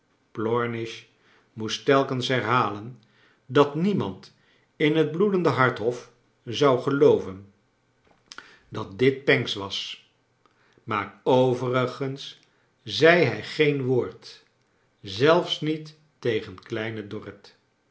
plornish moest telkens herhalen dat niemand in het bloedende hart iiof zou gelooven dat dit pancks was maar overigens zei hij geen woord zelfs niet tegen kleine dorrit